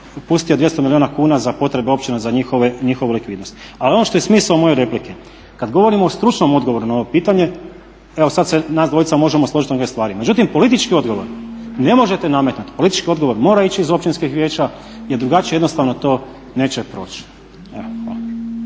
pustio 200 milijuna kuna za potrebe općina za njihovu likvidnost. Ali ono što je smisao moje replike kada govorimo o stručnom odgovoru na ovo pitanje evo sada se nas dvojica možemo složiti u nekim stvarima, međutim politički odgovor ne možete nametati, politički odgovor mora ići iz općinskih vijeća jer drugačije jednostavno to neće proći.